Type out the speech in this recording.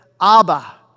Abba